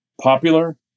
Popular